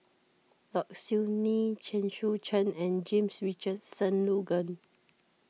Low Siew Nghee Chen Sucheng and James Richardson Logan